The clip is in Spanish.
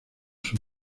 sus